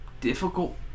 difficult